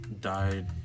died